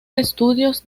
estudios